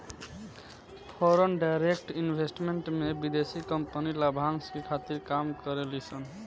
foreign direct investment में विदेशी company लाभांस के खातिर काम करे ली सन